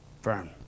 firm